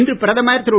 இன்று பிரதமர் திரு